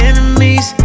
Enemies